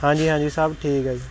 ਹਾਂਜੀ ਹਾਂਜੀ ਸਭ ਠੀਕ ਹੈ ਜੀ